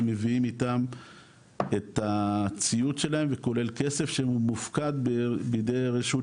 הם מביאים איתם את הציוד שלהם וכולל כסף שמופקד בידי רשות